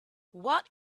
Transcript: what